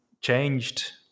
changed